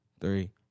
three